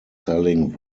selling